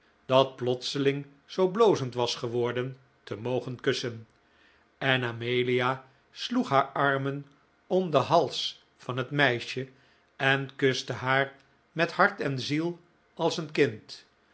dat plotseling zoo blozend was geworden te mogen kussen en amelia sloeg haar armen om den hals van het meisje en kuste haar met hart en ziel als een kind